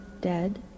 dead